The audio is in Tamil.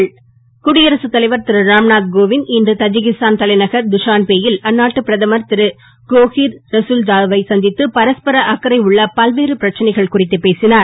ராம்நாத் குடியரசு தலைவர் திரு ராம்நாத் கோவிந்த் இன்று தஜிகிஸ்தான் தலைநகர் துஷான்பே யில் அந்நாட்டு பிரதமர் திரு கோஹிர் ரதல்ஜாதா வை சந்தித்து பரஸ்பர அக்கறை உள்ள பல்வேறு பிரச்சனைகள் குறித்து பேசினார்